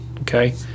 okay